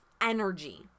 energy